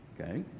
Okay